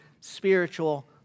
spiritual